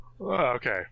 Okay